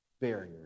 barriers